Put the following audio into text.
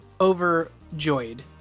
overjoyed